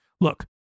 Look